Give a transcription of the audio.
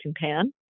pan